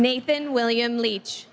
nathan william leach